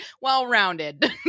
well-rounded